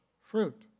fruit